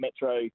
Metro